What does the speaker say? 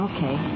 Okay